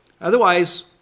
Otherwise